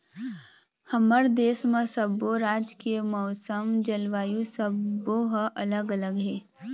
हमर देश म सब्बो राज के मउसम, जलवायु सब्बो ह अलग अलग हे